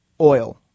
oil